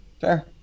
fair